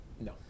No